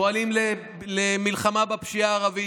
פועלים למלחמה בפשיעה הערבית.